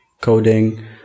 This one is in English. coding